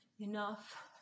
enough